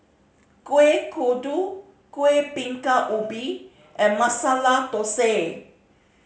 Kuih Kodok Kueh Bingka Ubi and Masala Thosai